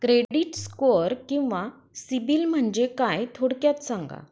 Credit score किंवा CIBIL म्हणजे काय? थोडक्यात सांगा